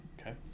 Okay